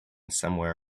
somewhere